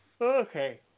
Okay